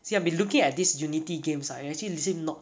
see I've been looking at this unity games right and are actually